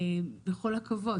בכל הכבוד,